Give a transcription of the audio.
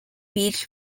beach